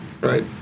Right